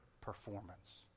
performance